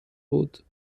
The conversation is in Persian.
بود